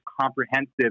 comprehensive